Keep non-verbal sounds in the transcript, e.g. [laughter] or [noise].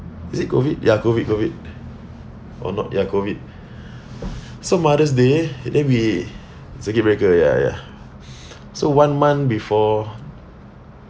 is it COVID ya COVID COVID oh no ya COVID [breath] so mother's day then we circuit breaker ya ya [breath] so one month before